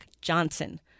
Johnson